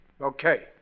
Okay